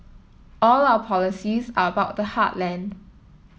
all our policies are about the heartland